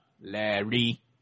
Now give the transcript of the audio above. Larry